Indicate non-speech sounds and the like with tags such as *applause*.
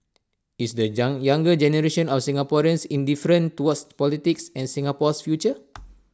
is the *unintelligible* younger generation of Singaporeans indifferent towards politics and Singapore's future